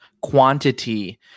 quantity